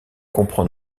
comprend